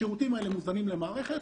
השירותים האלה מוזנים למערכת